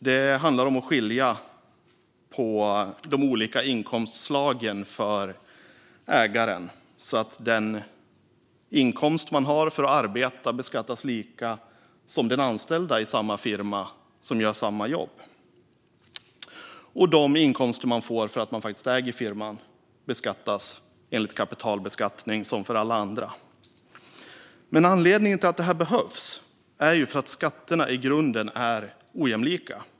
Det handlar om att skilja på de olika inkomstslagen för ägaren så att den inkomst man har för att arbeta beskattas lika som för den anställda i samma firma som gör samma jobb. De inkomster man får för att man äger firman beskattas enligt reglerna för kapitalbeskattning som för alla andra. Anledningen till att detta behövs är att skatterna i grunden är ojämlika.